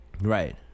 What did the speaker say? right